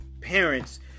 parents